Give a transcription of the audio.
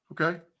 Okay